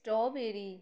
strawberry